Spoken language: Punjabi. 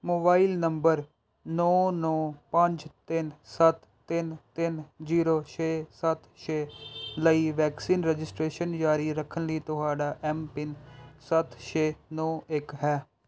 ਮੋਬਾਈਲ ਨੰਬਰ ਨੌਂ ਨੌਂ ਪੰਜ ਤਿੰਨ ਸੱਤ ਤਿੰਨ ਤਿੰਨ ਜੀਰੋ ਛੇ ਸੱਤ ਛੇ ਲਈ ਵੈਕਸੀਨ ਰਜਿਸਟ੍ਰੇਸ਼ਨ ਜਾਰੀ ਰੱਖਣ ਲਈ ਤੁਹਾਡਾ ਐਮਪਿੰਨ ਸੱਤ ਛੇ ਨੌਂ ਇੱਕ ਹੈ